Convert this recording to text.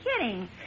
kidding